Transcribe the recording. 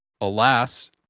Alas